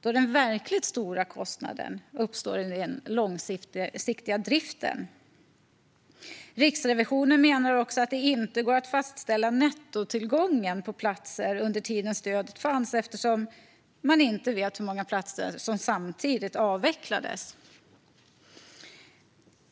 då den verkligt stora kostnaden uppstår i den långsiktiga driften. Riksrevisionen menar också att det inte går att fastställa nettotillgången på platser under tiden stödet fanns eftersom man inte vet hur många platser som samtidigt avvecklades.